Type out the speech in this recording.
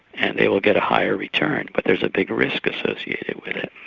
and they will get a higher return. but there's a bigger risk associated with it.